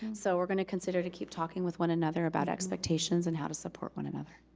so we're gonna consider to keep talking with one another about expectations and how to support one another.